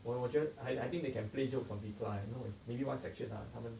我我觉得 I think they can play jokes on people ah I know if maybe one section ah 他们